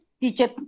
teacher